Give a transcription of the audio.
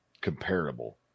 comparable